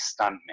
Stuntman